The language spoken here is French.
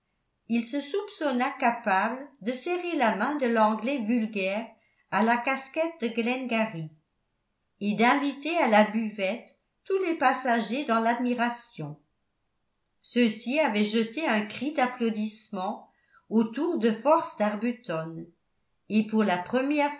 il se soupçonna capable de serrer la main de l'anglais vulgaire à la casquette de glengary et d'inviter à la buvette tous les passagers dans l'admiration ceux-ci avaient jeté un cri d'applaudissement au tour de force d'arbuton et pour la première